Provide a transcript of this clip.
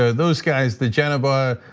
ah those guys, digenova,